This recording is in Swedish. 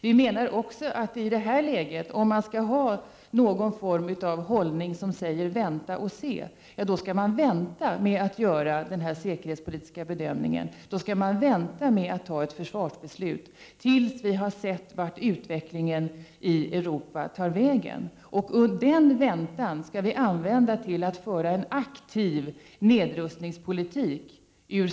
Om vi skall inta en hållning som går ut på att vänta och se, då skall vi också vänta med att göra den här säkerhetspolitiska bedömningen liksom vänta med att fatta ett försvarspolitiskt beslut tills vi har sett vart utvecklingen i Europa tar vägen. Under denna väntan skall vi föra en aktiv nedrustningspolitik.